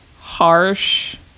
harsh